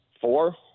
Four